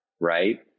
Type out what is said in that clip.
right